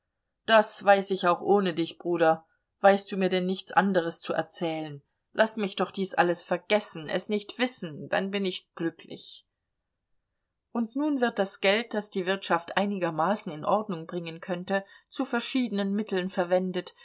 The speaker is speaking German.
das weiß ich auch ohne dich bruder weißt du mir denn nichts anderes zu erzählen laß mich doch dies alles vergessen es nicht wissen dann bin ich glücklich und nun wird das geld das die wirtschaft einigermaßen in ordnung bringen könnte zu verschiedenen mitteln verwendet